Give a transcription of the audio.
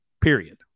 period